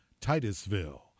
Titusville